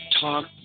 talk